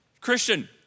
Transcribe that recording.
Christian